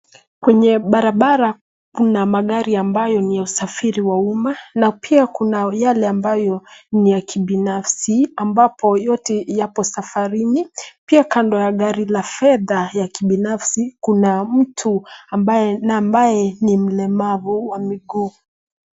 Kwenye barabara kuna magari ambayo ni ya usafiri wa umma na pia kuna yale ambayo ni ya kibinafsi ambapo yote yapo safarini. Pia kando ya gari la fedha ya kibinafsi kuna mtu ambaye ni mlemavu wa miguu.